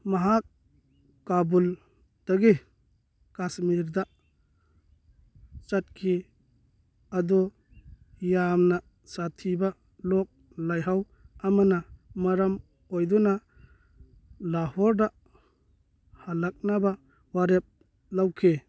ꯃꯍꯥꯛ ꯀꯥꯕꯨꯜꯗꯒꯤ ꯀꯥꯁꯃꯤꯔꯗ ꯆꯠꯈꯤ ꯑꯗꯨ ꯌꯥꯝꯅ ꯁꯥꯊꯤꯕ ꯂꯣꯛ ꯂꯥꯏꯍꯧ ꯑꯃꯅ ꯃꯔꯝ ꯑꯣꯏꯗꯨꯅ ꯂꯥꯍꯣꯔꯗ ꯍꯜꯂꯛꯅꯕ ꯋꯥꯔꯦꯞ ꯂꯧꯈꯤ